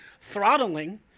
throttling